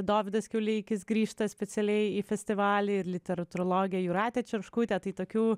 dovydas kiauleikis grįžta specialiai į festivalį ir literatūrologė jūratė čerškutė tai tokių